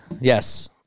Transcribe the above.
Yes